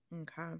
okay